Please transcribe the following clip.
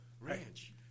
Ranch